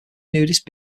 nudist